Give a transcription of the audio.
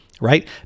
right